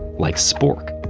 like spork,